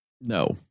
no